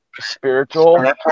spiritual